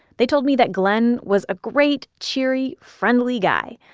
they told me that glen was a great, cheery, friendly guy,